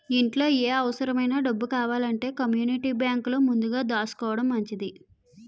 ఇంట్లో ఏ అవుసరమైన డబ్బు కావాలంటే కమ్మూనిటీ బేంకులో ముందు దాసుకోడం మంచిది